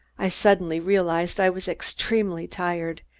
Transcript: i suddenly realized i was extremely tired,